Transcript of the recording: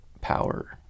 power